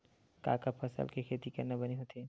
का का फसल के खेती करना बने होथे?